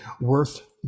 worth